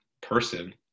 person